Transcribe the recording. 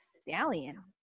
Stallion